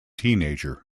teenager